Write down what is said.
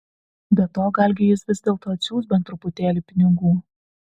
be to galgi jis vis dėlto atsiųs bent truputėlį pinigų